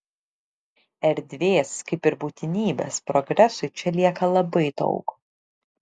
erdvės kaip ir būtinybės progresui čia lieka labai daug